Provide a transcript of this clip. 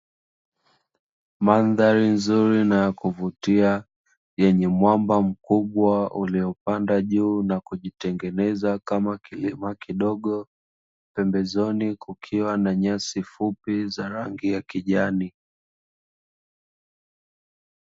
Mandhari nzuri na ya kuvutia, yenye mwamba mkubwa uliopanda juu na kujitengeneza kama kilima kidogo, pembezoni kukiwa na nyasi fupi za rangi ya kijani.